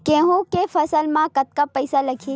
गेहूं के फसल म कतका पानी लगही?